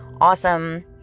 awesome